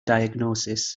diagnosis